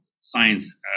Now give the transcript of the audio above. science